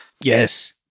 Yes